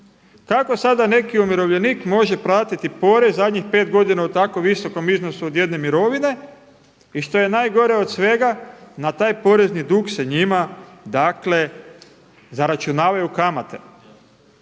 Kako sada neki umirovljenik može platiti porez zadnjih 5 godina u tako visokom iznosu od jedne mirovine? I što je najgore od svega na taj porezni dug se njima dakle zaračunavaju kamate